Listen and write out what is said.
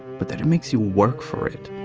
but that it makes you ah work for it.